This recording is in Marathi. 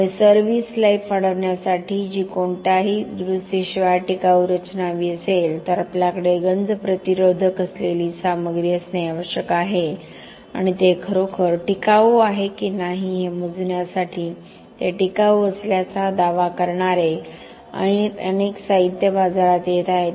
त्यामुळे सर्व्हिस लाइफ वाढविण्यासाठी जी कोणत्याही दुरुस्तीशिवाय टिकाऊ रचना हवी असेल तर आपल्याकडे गंज प्रतिरोधक असलेली सामग्री असणे आवश्यक आहे आणि ते खरोखर टिकाऊ आहे की नाही हे मोजण्यासाठी ते टिकाऊ असल्याचा दावा करणारे अनेक साहित्य बाजारात येत आहेत